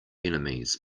enemies